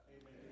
Amen